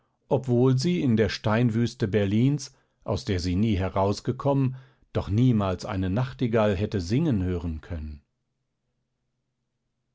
obwohl sie in der steinwüste berlins aus der sie nie herausgekommen doch niemals eine nachtigall hätte singen hören können